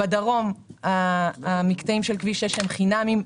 בדרום המקטעים של כביש 6 הם חינמיים,